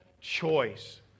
choice